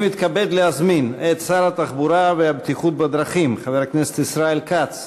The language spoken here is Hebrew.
אני מתכבד להזמין את שר התחבורה והבטיחות בדרכים חבר הכנסת ישראל כץ